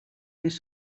mes